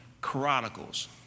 Chronicles